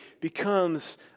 becomes